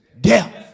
death